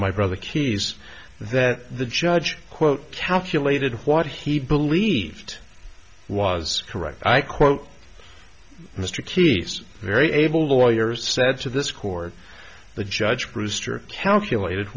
my brother keys that the judge quote calculated what he believed was correct i quote mr keyes very able lawyers said to this court the judge brewster calculated